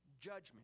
judgment